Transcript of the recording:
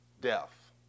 death